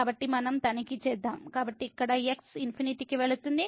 కాబట్టి మనం తనిఖీ చేద్దాం కాబట్టి ఇక్కడ x ∞ కి వెళుతుంది